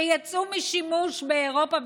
שיצאו משימוש באירופה,